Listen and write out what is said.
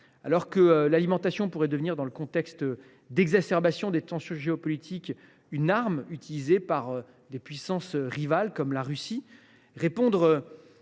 Alors que l’alimentation pourrait devenir, dans le contexte d’exacerbation des tensions géopolitiques, une arme utilisée par des puissances rivales, telles que la Russie,